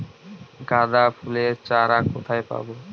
গাঁদা ফুলের চারা কোথায় পাবো?